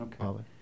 Okay